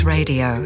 Radio